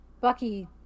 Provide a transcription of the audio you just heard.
Bucky